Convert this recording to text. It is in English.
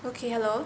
okay hello